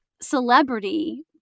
celebrity